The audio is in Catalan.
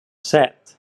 set